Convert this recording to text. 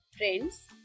Friends